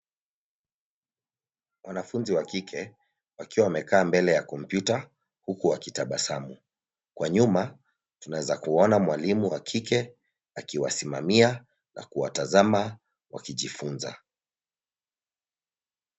Wanafunzi wa kike, wakiwa wamekaa mbele ya kompyuta, huku wakitabasamu, kwa nyuma, tunaweza kuona mwalimu wa kike, akiwasimamia, na kuwatazama, wakijifunza.